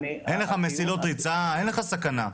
אין לך מסילות ריצה, אין לך סכנה.